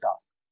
task